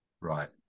right